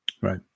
Right